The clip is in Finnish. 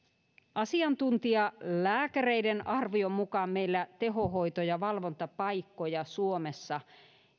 asiantuntijalääkäreiden arvion mukaan meillä tehohoito ja valvontapaikkoja suomessa